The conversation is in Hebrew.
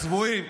הצבועים.